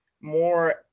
more